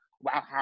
wow